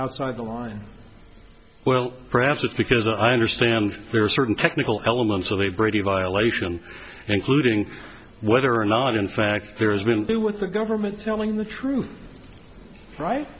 outside the line well perhaps it's because i understand there are certain technical elements of a brady violation including whether or not in fact there has been a with the government telling the truth right